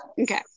okay